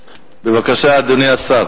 בבקשה, אדוני השר.